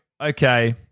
okay